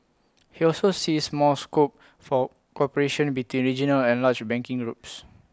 he also sees more scope for cooperation between regional and large banking groups